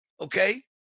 Okay